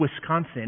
Wisconsin